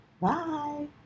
bye